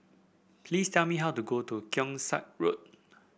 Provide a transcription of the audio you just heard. please tell me how to go to Keong Saik Road